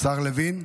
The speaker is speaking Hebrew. השר לוין.